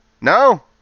No